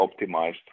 optimized